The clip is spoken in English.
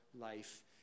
life